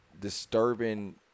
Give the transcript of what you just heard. disturbing